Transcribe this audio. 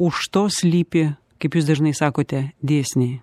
už to slypi kaip jūs dažnai sakote dėsniai